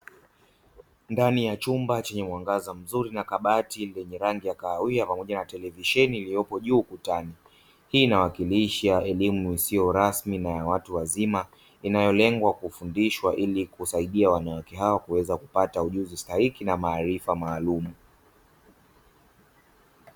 Ndani ya chumba chenye mwangaza mzuri na kabati lenye rangi ya kahawia pamoja na televisheni iliyopo juu ukutani, hii inawakilisha elimu isiyo rasmi na ya watu wazima inayolengwa kufundishwa ili kusaidia wanawake hawa kuweza kupata ujuzi stahiki na maarifa maalum.